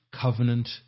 covenant